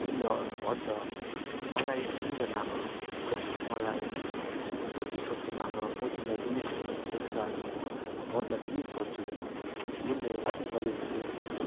उनले भन्छ मलाई दिलले माग मलाई सोची सोची माग म तिमीलाई दिनेछु त्यसै कारण म गडलाई बिलिभ गर्छु कि उनले मलाई कल्याणहरू दिन्छ